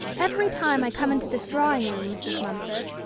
every time i come into this drawing-room, mrs. mumford,